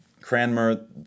Cranmer